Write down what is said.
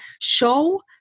show